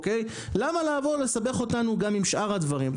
למה לבוא ולסבך אותנו גם עם שאר הדברים,